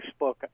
Facebook